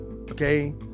okay